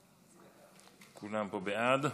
כולם פה בעד.